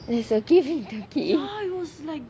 there's something with turkey